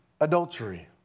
adultery